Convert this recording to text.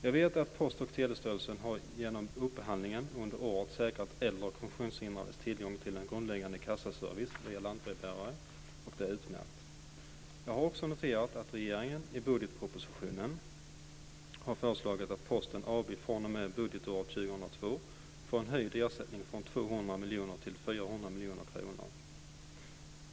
Jag vet att Post och telestyrelsen genom upphandling under året har säkrat äldres och funktionshindrades tillgång till en grundläggande kassaservice via lantbrevbärare, och det är utmärkt. Jag har också noterat att regeringen i budgetpropositionen har föreslagit att Posten AB fr.o.m. budgetåret 2002 får ersättningen höjd från 200 miljoner till 400 miljoner kronor.